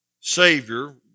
Savior